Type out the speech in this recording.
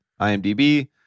IMDb